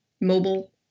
mobile